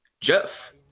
Jeff